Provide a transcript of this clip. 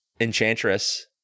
enchantress